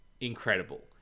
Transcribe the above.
incredible